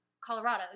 Colorado